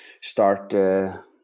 start